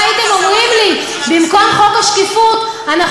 אם הייתם אומרים לי: במקום חוק השקיפות אנחנו